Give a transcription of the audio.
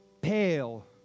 pale